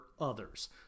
others